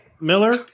Miller